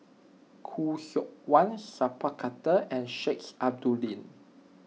Khoo Seok Wan Sat Pal Khattar and Sheik Alau'ddin